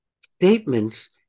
statements